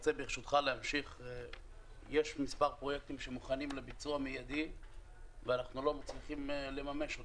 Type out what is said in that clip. יש מספר פרויקטים שמוכנים לביצוע מידי ואנחנו לא מצליחים לממש אותם.